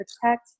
protect